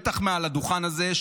בטח מעל הדוכן הזה,